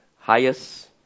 highest